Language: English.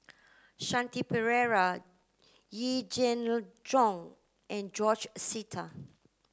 Shanti Pereira Yee Jenn Jong and George Sita